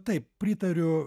taip pritariu